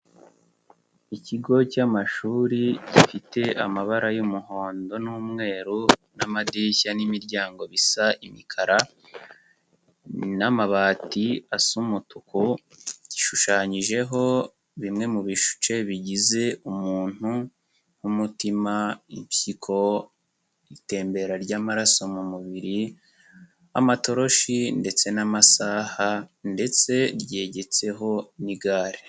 Ikigo cy'amashuri gifite amabara y'umuhondo n'umweru, n'amadirishya n'imiryango bisa imikara, n'amabati asa umutuku, gishushanyijeho bimwe mu bice bigize umuntu, nk'umutima, impyiko, itembera ry'amaraso mu mubiri, amatoroshi ndetse n'amasaha ndetse ryegetseho n'igare.